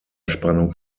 spannung